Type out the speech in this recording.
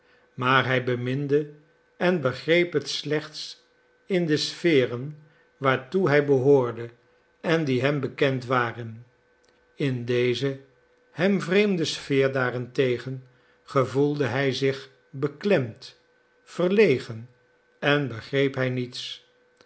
maar hij beminde en begreep het slechts in de sferen waartoe hij behoorde en die hem bekend waren in deze hem vreemde sfeer daarentegen gevoelde hij zich beklemd verlegen en begreep hij niets